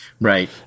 right